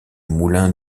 moulin